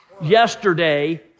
yesterday